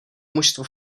mužstvu